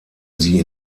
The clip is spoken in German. sie